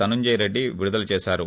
ధనంజయరెడ్లి విడుదల చేశారు